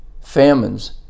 famines